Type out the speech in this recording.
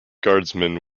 guardsmen